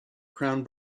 crown